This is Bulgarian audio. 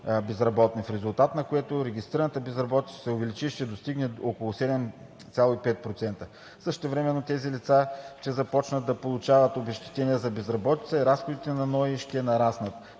в резултат на което регистрираната безработица ще се увеличи и ще достигне около 7,5%. Същевременно тези лица ще започнат да получават обезщетения за безработица и разходите на НОИ ще нараснат.